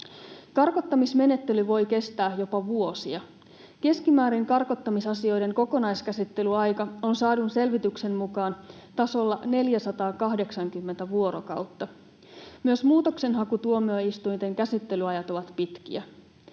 Karkottamismenettely voi kestää jopa vuosia. Keskimäärin karkottamisasioiden kokonaiskäsittelyaika on saadun selvityksen mukaan tasolla 480 vuorokautta. Myös muutoksenhakutuomioistuinten käsittelyajat ovat pitkiä.